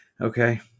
Okay